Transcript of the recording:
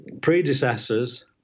predecessors